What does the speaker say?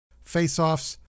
Face-offs